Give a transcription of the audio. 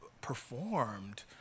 performed